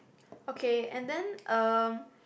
okay and then um